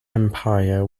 empire